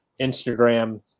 Instagram